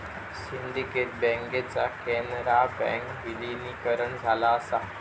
syndicate बँकेचा कॅनरा बँकेत विलीनीकरण झाला असा